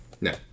No